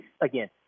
again